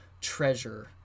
treasure